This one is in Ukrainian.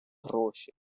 гроші